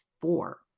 four